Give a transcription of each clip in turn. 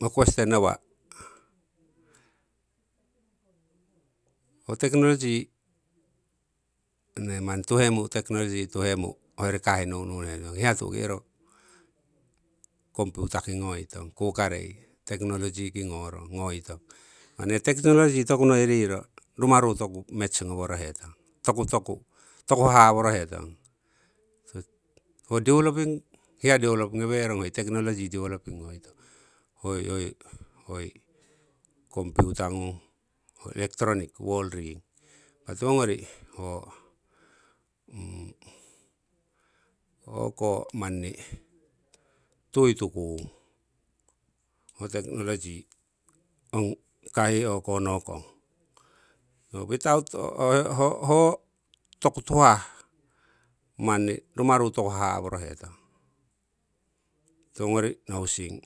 ho question awa' ho technology, nee manni tuhemu' technology tuhemu' hoyori kahih nu'nu'henuiong, hiya tu'ki iro computer ki ngoitong kukarei, technology ki ngorong, ngoitong. Impa nee technology toku noi riro rumnaru toku match ngoworohetong, toku, toku haha' worohetong. Ho developing hiya develop ngowe'rong hoi technology developing ngoitong, hoi computer ngung, electronic world riing. Impa tiwongori ho o'ko manni tuitukung ho technology ong kahih o'konokong, without ho toku tuhah manni rumaru toku haha' worohetong. Tiwongori nohusing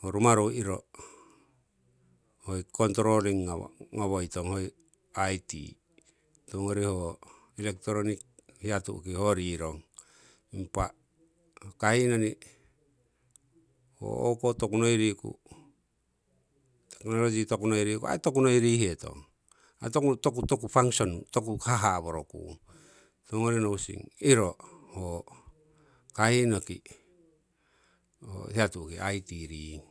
ho rumaru iro hoi controling ngawa ngoitong hoi "it". Tiwongori ho electronic hiya tu'ki ho rirong. Impa kahih noni ho o'ko tokunoi riku technology toku noi rihetong, toku function toku haha' worokung. Tiwongori nohusing iro ho kahih noki hiya tu'ki it riing.